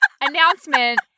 announcement